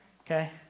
okay